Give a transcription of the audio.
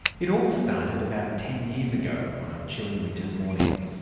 it all started about ten years ago on a chilly winter's morning.